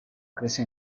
crece